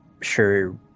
sure